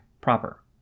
proper